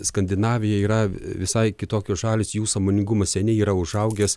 skandinavija yra visai kitokios šalys jų sąmoningumas seniai yra užaugęs